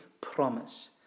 promise